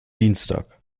dienstag